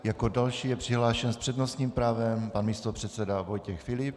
Jako další je přihlášen s přednostním právem pan místopředseda Vojtěch Filip.